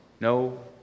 No